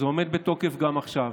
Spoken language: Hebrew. וזה עומד בתוקף גם עכשיו.